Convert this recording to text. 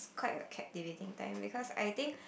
quite a captivating time because I think